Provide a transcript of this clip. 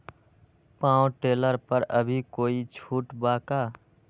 Power tiller पर अभी कोई छुट बा का?